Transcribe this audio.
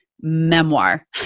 memoir